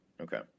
okay